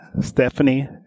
Stephanie